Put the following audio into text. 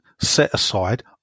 set-aside